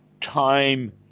time